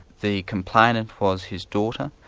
the complainant was his daughter.